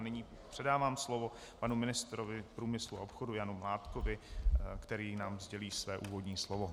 Nyní předávám slovo panu ministrovi průmyslu a obchodu Janu Mládkovi, který nám sdělí své úvodní slovo.